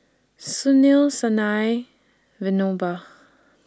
Sunil Sanal Vinoba